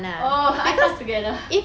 oh I thought together